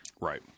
Right